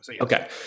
Okay